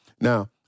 Now